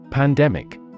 Pandemic